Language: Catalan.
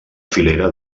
filera